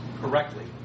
correctly